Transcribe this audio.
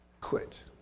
quit